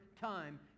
time